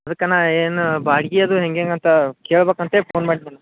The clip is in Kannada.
ಅದಕ್ಕೆ ನಾನು ಏನು ಬಾಡ್ಗೆ ಅದು ಹೆಂಗೆಂಗೆ ಅಂತ ಕೇಳ್ಬೇಕ್ ಅಂತೇಳಿ ಫೋನ್ ಮಾಡ್ದೆ